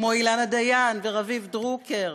כמו אילנה דיין ורביב דרוקר,